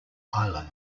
island